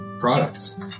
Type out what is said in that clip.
products